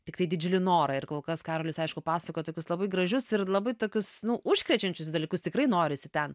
tiktai didžiulį norą ir kol kas karolis aišku pasakojo tokius labai gražius ir labai tokius nu užkrečiančius dalykus tikrai norisi ten